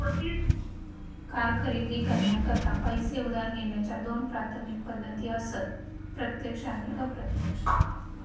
car खरेदी करण्याकरता पैसो उधार घेण्याच्या दोन प्राथमिक पद्धती असत प्रत्यक्ष आणि अप्रत्यक्ष